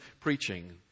preaching